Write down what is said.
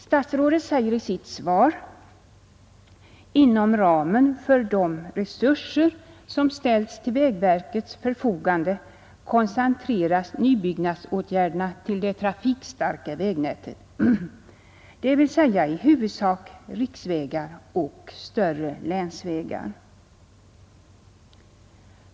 Statsrådet säger i sitt svar: ”Inom ramen för de resurser som ställs till vägverkets förfogande koncentreras nybyggnadsåtgärderna till det trafikstarka vägnätet, dvs. i huvudsak riksvägar och större länsvägar.